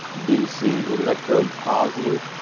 dc electrode positive,